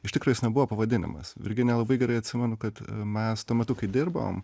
iš tikro jis nebuvo pavadinimas virginija labai gerai atsimenu kad mes tuo metu kai dirbom